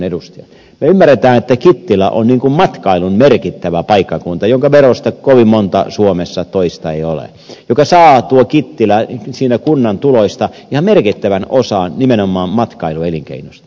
me ymmärrämme että kittilä on matkailun merkittävä paikkakunta jonka veroista ei ole suomessa kovin monta toista ja joka saa kunnan tuloista ihan merkittävän osan nimenomaan matkailuelinkeinosta